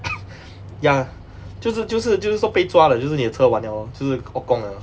ya 就是就是就是说被抓了就是你的车完了就是 orh gong liao